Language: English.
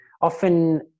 often